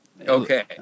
Okay